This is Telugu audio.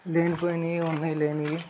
లేని పోనివి ఉన్నవి లేనివి